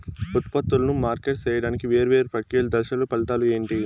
ఉత్పత్తులను మార్కెట్ సేయడానికి వేరువేరు ప్రక్రియలు దశలు ఫలితాలు ఏంటి?